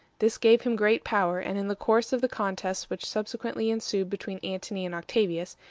this gave him great power, and in the course of the contests which subsequently ensued between antony and octavius,